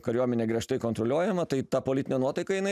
kariuomenė griežtai kontroliuojama tai ta politinė nuotaika jinai